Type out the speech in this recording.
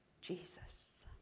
Jesus